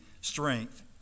strength